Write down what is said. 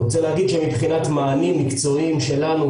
אני רוצה להגיד שמבחינת מענים מקצועיים שלנו,